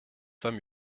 femme